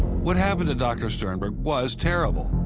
what happened to dr. sternberg was terrible,